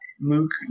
Luke